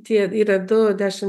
tie yra du dešimt